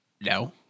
No